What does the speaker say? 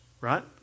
right